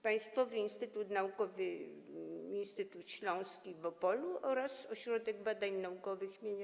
Państwowy Instytut Naukowy - Instytut Śląski w Opolu oraz Ośrodek Badań Naukowych im.